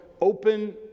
open